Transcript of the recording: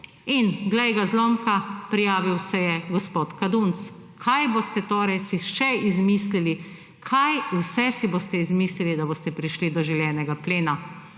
In glej ga zlomka, prijavil se je gospod Kadunc. Kaj boste si še izmislili? Kaj vse si boste izmislili, da boste prišli do želenega plena?